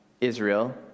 Israel